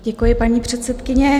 Děkuji, paní předsedkyně.